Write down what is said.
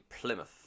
Plymouth